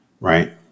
right